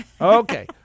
Okay